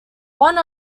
one